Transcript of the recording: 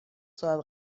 ساعت